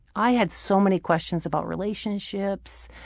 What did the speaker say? i had so many questions about relationships,